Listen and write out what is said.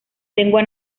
lengua